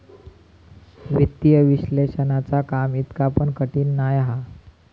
वित्तीय विश्लेषणाचा काम इतका पण कठीण नाय हा